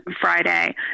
Friday